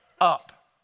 up